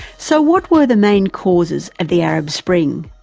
so what were the main causes of the arab spring?